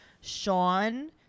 Sean